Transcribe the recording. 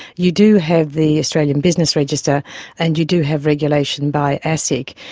you do have the australian business register and you do have regulation by asic.